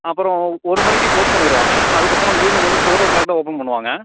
அப்புறம் ஒரு மணிக்கு க்ளோஸ் பண்ணிடுவாங்க அதுக்கப்புறம் ஈவ்னிங் வந்து ஃபோர் ஓ க்ளாக் தான் ஓப்பன் பண்ணுவாங்க